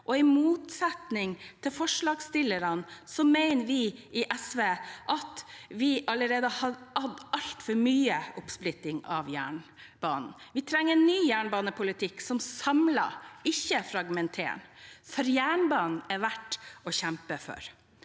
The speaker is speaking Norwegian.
I motsetning til forslagsstillerne mener vi i SV at vi allerede har hatt altfor mye oppsplitting av jernbanen. Vi trenger en ny jernbanepolitikk som samler, ikke fragmenterer, for jernbanen er verdt å kjempe for.